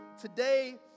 today